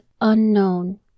unknown